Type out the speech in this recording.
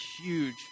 huge